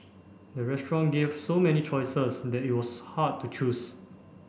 the restaurant gave so many choices that it was hard to choose